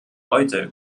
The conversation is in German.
heute